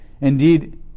Indeed